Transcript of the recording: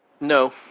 No